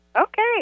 Okay